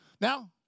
Now